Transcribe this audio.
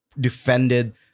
defended